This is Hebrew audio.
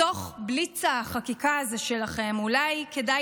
בתוך בליץ החקיקה הזה שלכם אולי כדאי